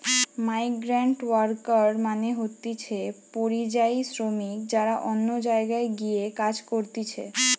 migrant worker মানে হতিছে পরিযায়ী শ্রমিক যারা অন্য জায়গায় গিয়ে কাজ করতিছে